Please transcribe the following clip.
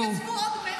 שקיבלו צווים.